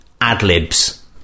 ad-libs